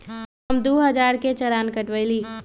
हम दु हजार के चालान कटवयली